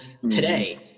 today